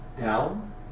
down